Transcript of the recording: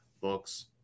books